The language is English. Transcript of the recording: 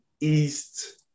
East